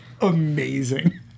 amazing